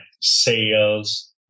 sales